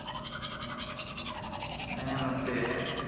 ᱦᱮᱸ ᱱᱚᱛᱮ